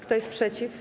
Kto jest przeciw?